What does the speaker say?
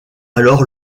alors